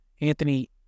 Anthony